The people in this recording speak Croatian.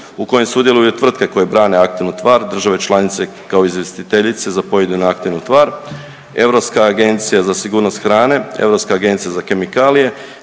u kojem sudjeluju tvrtke koje brane aktivnu tvar, države članice kao izvjestiteljice za pojedinu aktivnu tvar, Europska agencija za sigurnost hrane, Europska agencija za kemikalije,